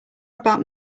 about